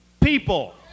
people